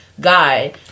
guy